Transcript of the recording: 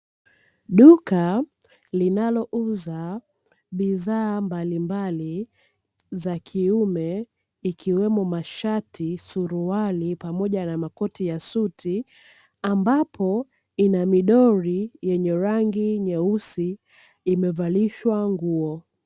Duka linalouza bidhaa mbalimbali za kiume, ikiwemo mashati, suruali pamoja na makoti ya suti, ambapo ina midoli yenye rangi nyeusi imevalishwa nguo.